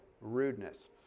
rudeness